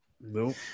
Nope